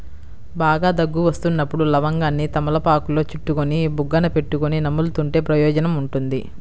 బాగా దగ్గు వస్తున్నప్పుడు లవంగాన్ని తమలపాకులో చుట్టుకొని బుగ్గన పెట్టుకొని నములుతుంటే ప్రయోజనం ఉంటుంది